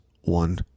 one